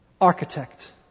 architect